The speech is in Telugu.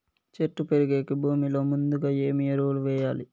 చెట్టు పెరిగేకి భూమిలో ముందుగా ఏమి ఎరువులు వేయాలి?